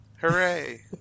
Hooray